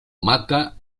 mata